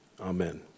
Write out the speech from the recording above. Amen